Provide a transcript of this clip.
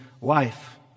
life